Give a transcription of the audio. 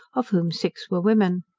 of whom six were women.